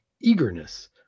eagerness